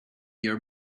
your